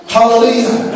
Hallelujah